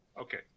okay